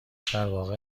درواقع